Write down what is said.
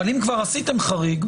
אבל אם כבר עשיתם חריג,